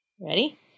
ready